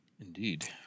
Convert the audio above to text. Indeed